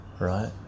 right